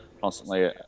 constantly